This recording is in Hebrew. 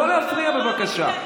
לא להפריע, בבקשה.